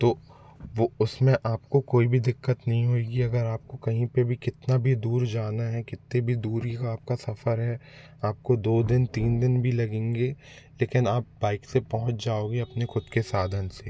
तो वो उसमें आपको कोई भी दिक्कत नहीं होएगी अगर आपको कहीं पे भी कितना भी दूर जाना है कितने भी दूरी का आपका सफर है आपको दो दिन तीन दिन भी लगेंगे लेकिन आप बाइक से पहुँच जाओगे अपने खुद के साधन से